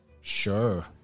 sure